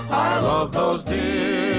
love those dear